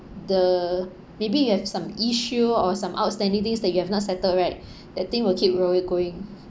the maybe you have some issue or some outstanding things that you have not settled right that thing will keep worry going